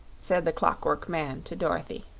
said the clock-work man to dorothy.